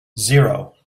zero